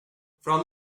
from